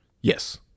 Yes